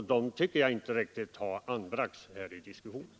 Sådana tycker jag inte riktigt har anförts här i diskussionen.